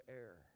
air